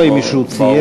ולא אם מישהו צייר,